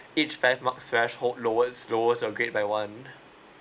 each five marks stretch hole lowers lowers your grade by one